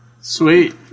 sweet